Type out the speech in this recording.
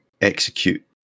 execute